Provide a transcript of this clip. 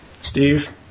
Steve